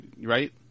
right